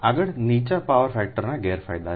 તેથી આગળ નીચા પાવર ફેક્ટરના ગેરફાયદા છે